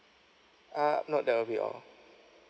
uh no that will be all